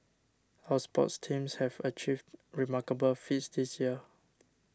our sports teams have achieved remarkable feats this year